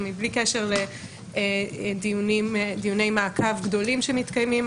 מבלי קשר לדיוני מעקב גדולים שמתקיימים.